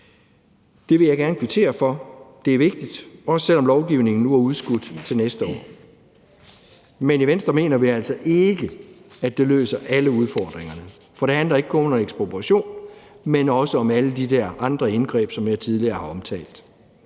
Det vil jeg gerne kvittere for. Det er vigtigt, også selv om lovgivningen nu er udskudt til næste år. Men i Venstre mener vi altså ikke, at det løser alle udfordringerne, for det handler ikke kun om ekspropriation, men også om alle de der andre indgreb, som jeg tidligere har omtalt.